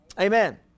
Amen